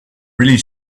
really